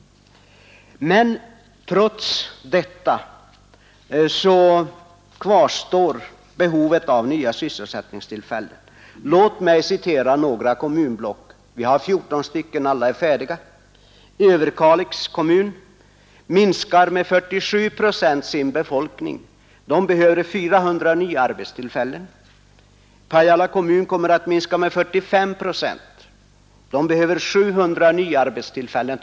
Men trots detta kvarstår behovet av nya sysselsättningstillfällen i inlandet. Låt mig citera några siffror om befolkningstrenden från kommunblocken. Vi har 14 sådana block, och alla är färdiga storkommuner. Överkalix kommun minskar med 47 procent sin befolkning men behöver ändå 400 nya arbetstillfällen. Pajala kommun kommer att minska med 45 procent och behöver trots detta 700 nya arbetstillfällen.